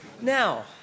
Now